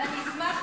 אבל אני אשמח,